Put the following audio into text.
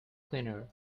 cleaner